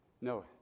No